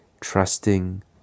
trusting